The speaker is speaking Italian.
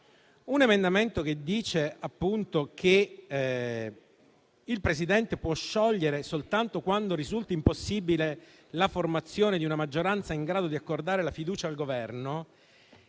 Un emendamento che dice che il Presidente può sciogliere le Camere soltanto quando risulti impossibile la formazione di una maggioranza in grado di accordare la fiducia al Governo,